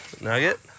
Nugget